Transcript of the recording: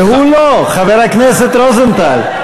והוא לא, חבר הכנסת רוזנטל.